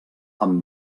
amb